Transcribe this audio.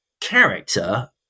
character